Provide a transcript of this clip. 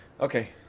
Okay